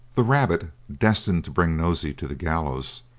the rabbit, destined to bring nosey to the gallows,